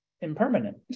impermanent